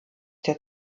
der